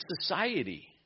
society